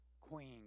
queen